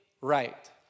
right